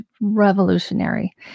revolutionary